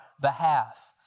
behalf